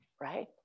right